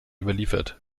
überliefert